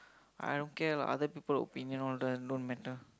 I don't care lah other people opinion all that don't matter